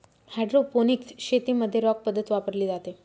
hydroponics शेतीमध्ये rock पद्धत वापरली जाते